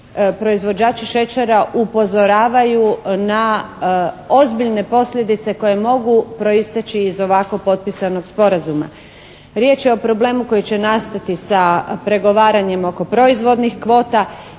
proizvođači šećera upozoravaju na ozbiljne posljedice koje mogu proisteći iz ovako potpisanog sporazuma. Riječ je o problemu koji će nastati sa pregovaranjem oko proizvodnih kvota.